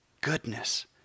goodness